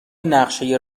نقشه